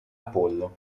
apollo